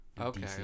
Okay